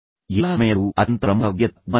ಎಲ್ಲಾ ಸಮಯದಲ್ಲೂ ಅತ್ಯಂತ ಪ್ರಮುಖ ಗುರಿಯತ್ತ ಗಮನ ಹರಿಸಿ